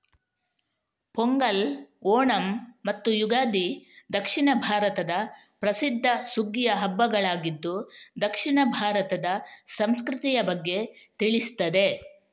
ಪೊಂಗಲ್, ಓಣಂ ಮತ್ತು ಯುಗಾದಿ ದಕ್ಷಿಣ ಭಾರತದ ಪ್ರಸಿದ್ಧ ಸುಗ್ಗಿಯ ಹಬ್ಬಗಳಾಗಿದ್ದು ದಕ್ಷಿಣ ಭಾರತದ ಸಂಸ್ಕೃತಿಯ ಬಗ್ಗೆ ತಿಳಿಸ್ತದೆ